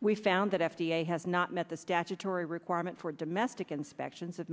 we found that f d a has not met the statutory requirement for domestic inspections of